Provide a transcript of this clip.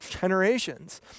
generations